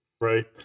Right